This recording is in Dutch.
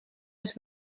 het